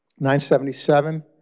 977